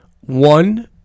one